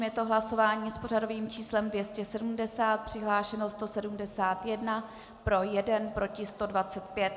Je to hlasování s pořadovým číslem 270, přihlášeno 171, pro jeden, proti 125.